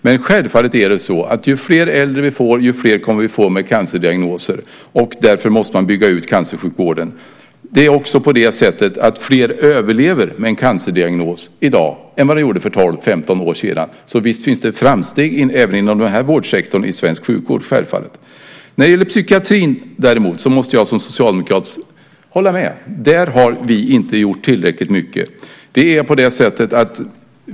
Men självfallet är det så att ju fler äldre vi får, desto fler kommer vi att få med cancerdiagnoser, och därför måste man bygga ut cancersjukvården. Det är också på det sättet att fler överlever med en cancerdiagnos i dag än för 12-15 år sedan, så visst görs det framsteg även inom den här sektorn av svensk sjukvård - självfallet! När det gäller psykiatrin däremot måste jag som socialdemokrat hålla med. Där har vi inte gjort tillräckligt mycket.